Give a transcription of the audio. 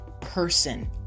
person